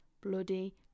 bloody